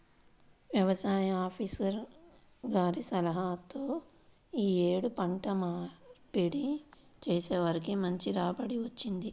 యవసాయ ఆపీసర్ గారి సలహాతో యీ యేడు పంట మార్పిడి చేసేసరికి మంచి రాబడి వచ్చింది